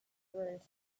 verses